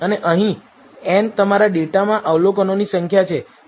અને અહીં n તમારા ડેટામાં અવલોકનોની સંખ્યા છે